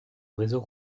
réseau